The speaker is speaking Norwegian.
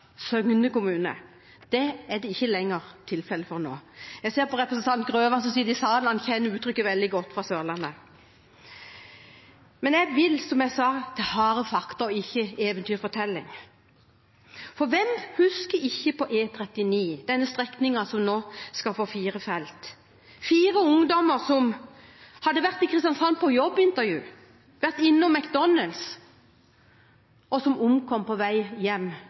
Søgne kommune. Det er ikke lenger tilfellet. Jeg ser på representanten Grøvan, som sitter i salen, at han kjenner uttrykket fra Sørlandet veldig godt. Jeg vil, som jeg sa, til harde fakta og ikke til eventyrfortelling: Hvem husker ikke – på E39, den strekningen som nå skal få fire felt – fire ungdommer som hadde vært i Kristiansand på jobbintervju, som hadde vært innom McDonald’s, og som omkom på vei hjem